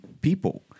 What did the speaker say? people